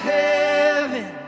heaven